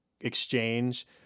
exchange